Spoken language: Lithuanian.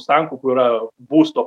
sankaupų yra būsto